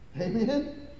Amen